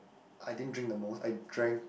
I didn't drink the most I drank